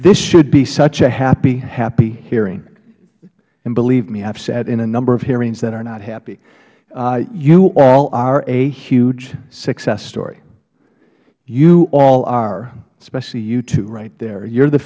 this should be such a happy happy hearing and believe me i have sat in a number of hearings that are not happy you all are a huge success story you all are especially you two right there you are the